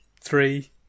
Three